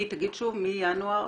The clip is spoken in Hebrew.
תגיד שוב, מינואר?